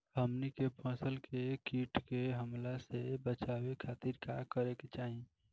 हमनी के फसल के कीट के हमला से बचावे खातिर का करे के चाहीं?